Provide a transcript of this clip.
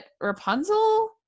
rapunzel